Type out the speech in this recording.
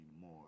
more